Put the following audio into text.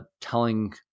telling